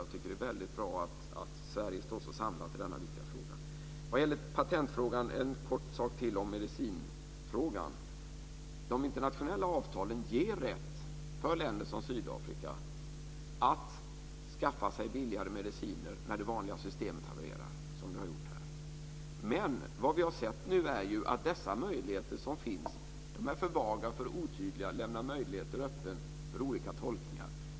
Jag tycker att det är väldigt bra att Sverige står samlat i denna viktiga fråga. I patentfrågan en kort sak till om medicinfrågan: De internationella avtalen ger rätt för länder som Sydafrika att skaffa sig billigare mediciner när det vanliga systemet havererar, som det har gjort här. Men vad vi har sett nu är att dessa möjligheter är för vaga och för otydliga och lämna möjligheten öppen för olika tolkningar.